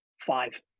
five